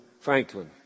Franklin